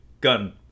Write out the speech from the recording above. gun